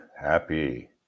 happy